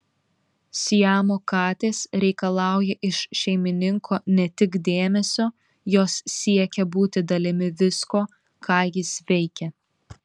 siamo katės reikalauja iš šeimininko ne tik dėmesio jos siekia būti dalimi visko ką jis veikia